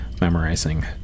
memorizing